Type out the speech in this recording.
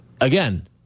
again